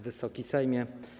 Wysoki Sejmie!